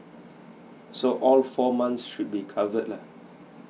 so all four months should be covered lah